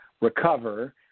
recover